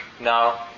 Now